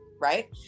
right